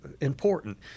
important